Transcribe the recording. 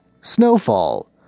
snowfall